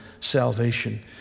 salvation